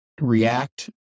react